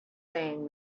saying